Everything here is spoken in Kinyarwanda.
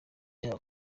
yabo